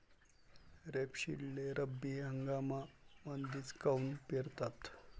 रेपसीडले रब्बी हंगामामंदीच काऊन पेरतात?